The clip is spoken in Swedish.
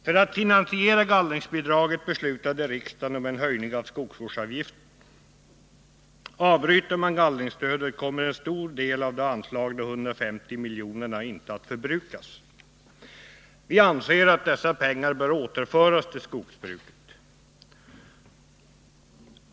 För att finansiera gallringsbidraget beslutade riksdagen om höjning av skogsvårdsavgiften. Avbryter man utbetalningen av gallringsstödet kommer en stor del av de anslagna 150 miljonerna inte att förbrukas. Vi anser att dessa pengar bör återföras till skogsbruket.